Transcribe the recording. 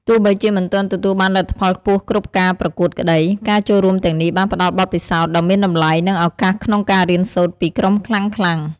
ទោះបីជាមិនទាន់ទទួលបានលទ្ធផលខ្ពស់គ្រប់ការប្រកួតក្តី ការចូលរួមទាំងនេះបានផ្ដល់បទពិសោធន៍ដ៏មានតម្លៃ និងឱកាសក្នុងការរៀនសូត្រពីក្រុមខ្លាំងៗ។